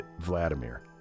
Vladimir